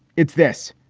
it's this.